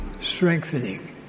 strengthening